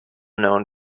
known